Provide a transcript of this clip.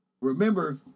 Remember